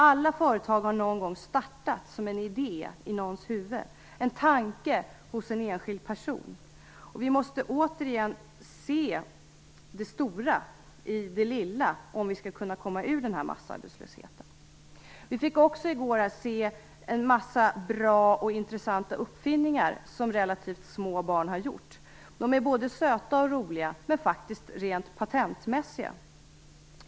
Alla företag har en gång startat som en idé i någons huvud, en tanke hos en enskild person. Vi måste se det stora i det lilla om vi skall kunna komma ur massarbetslösheten. Vi fick också här i går se en massa bra och intressanta uppfinningar som relativt små barn har gjort. De är både söta och roliga, men faktiskt rent patentmässiga.